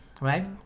Right